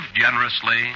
generously